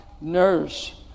nurse